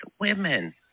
women